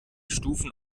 stufen